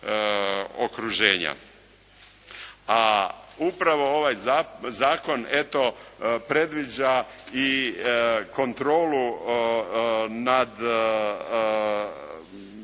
A upravo ovaj zakon eto predviđa i kontrolu nad